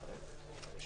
"טרם